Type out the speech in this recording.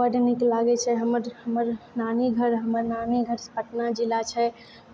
बड्ड नीक लागै छै हमर हमर नानी घर हमर नानी घर पटना जिला छै